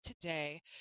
today